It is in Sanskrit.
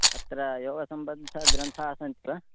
अत्र योगसम्बन्धाः ग्रन्थाः सन्ति वा